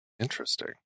Interesting